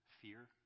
fear